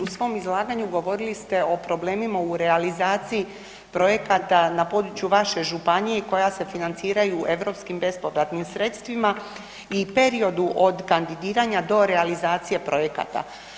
U svom izlaganju govorili ste o problemima u realizaciji projekata na području vaše županije koja se financiraju europskim bespovratnim sredstvima i periodu od kandidiranja do realizacije projekata.